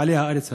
בעלי הארץ הזאת.